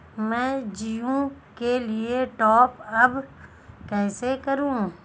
मैं जिओ के लिए टॉप अप कैसे करूँ?